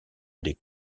des